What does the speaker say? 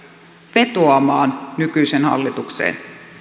vetoamaan nykyiseen hallitukseen